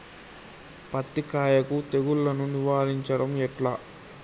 పత్తి కాయకు తెగుళ్లను నివారించడం ఎట్లా?